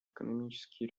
экономические